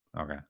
Okay